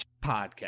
podcast